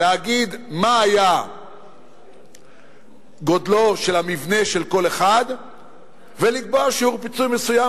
להגיד מה היה גודלו של המבנה של כל אחד ולקבוע שיעור פיצוי מסוים,